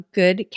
good